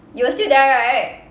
you were still there right